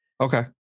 Okay